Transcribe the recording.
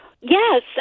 Yes